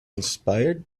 inspired